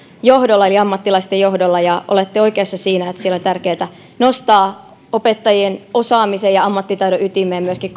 johdolla eli ammattilaisten johdolla olette oikeassa siinä että siellä on tärkeätä nostaa opettajien osaamisen ja ammattitaidon ytimeen myöskin